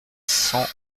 cent